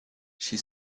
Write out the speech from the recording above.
she